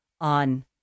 on